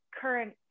current